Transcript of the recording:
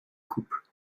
coupes